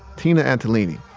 tina antolini,